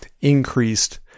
increased